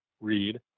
read